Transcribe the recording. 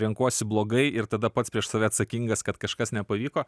renkuosi blogai ir tada pats prieš save atsakingas kad kažkas nepavyko